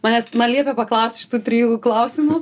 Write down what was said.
manęs man liepė paklausti šitų trijų klausimų